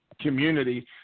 community